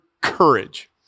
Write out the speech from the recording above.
courage